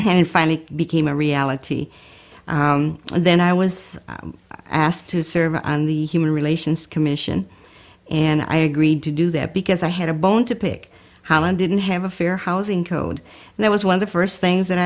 and finally became a reality then i was asked to serve on the human relations commission and i agreed to do that because i had a bone to pick how i didn't have a fair housing code and i was one of the first things that